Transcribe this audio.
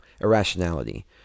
Irrationality